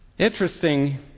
interesting